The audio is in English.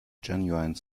genuine